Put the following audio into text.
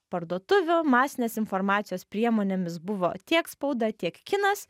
parduotuvių masinės informacijos priemonėmis buvo tiek spauda tiek kinas